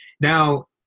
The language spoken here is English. Now